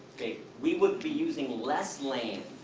okay? we would be using less land,